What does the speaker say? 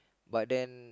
but then